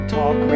Talk